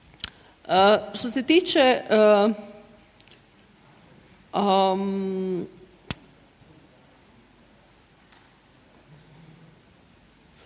Što se tiče,